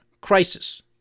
crisis